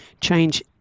change